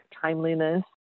timeliness